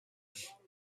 shutters